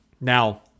Now